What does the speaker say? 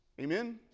Amen